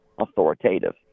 authoritative